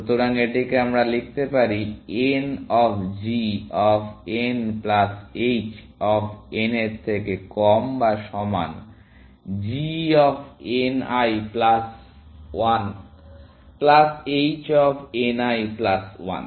সুতরাং এটিকে আমরা লিখতে পারি n of g of n plus h of n এর থেকে কম বা সমান g of n l plus one plus h of n l plus 1